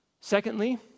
Secondly